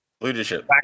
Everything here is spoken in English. leadership